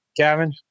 Gavin